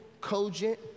cogent